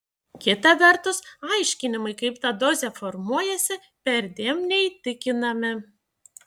kita vertus aiškinimai kaip ta dozė formuojasi perdėm neįtikinami